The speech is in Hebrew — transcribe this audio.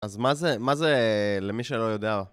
אז מה זה למי שלא יודע?